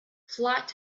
flight